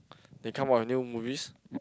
they come out with new movies